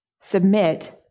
submit